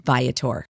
Viator